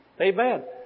Amen